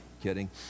kidding